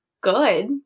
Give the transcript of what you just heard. good